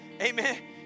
Amen